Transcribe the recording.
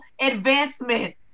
advancement